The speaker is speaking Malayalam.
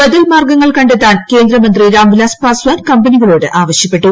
ബദൽമാർഗ്ഗങ്ങൾ ക്ക ത്താൻ കേന്ദ്രമന്ത്രി രാംവിലാസ് പസ്വാൻ കമ്പനികളോട് ആവശ്യപ്പെട്ടു